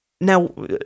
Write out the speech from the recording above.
Now